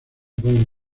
pueden